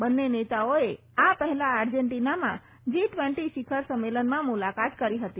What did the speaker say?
બંને નેતાઓએ આ પહેલા આર્જેન્ટિનામાં જી ટ્વેન્ટી શિખર સંમેલનમાં મુલાકાત કરી હતી